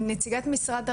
נציגת משרד הרווחה,